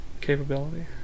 capability